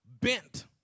bent